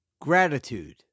gratitude